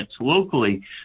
locally